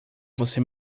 você